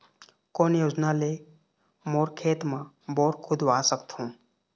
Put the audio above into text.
कोन योजना ले मोर खेत मा बोर खुदवा सकथों?